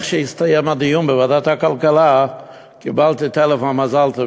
איך שהסתיים הדיון בוועדת הכלכלה קיבלתי טלפון: מזל טוב,